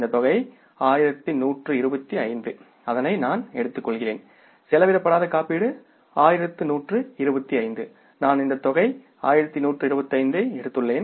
இந்த தொகை 1125 அதனை நான் எடுத்துக்கொள்கிறேன் செலவிடப்படாத காப்பீடு 1125 நான் இந்த தொகையை 1125 எடுத்துள்ளேன்